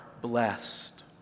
blessed